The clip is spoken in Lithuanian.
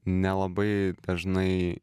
nelabai dažnai